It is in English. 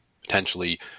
potentially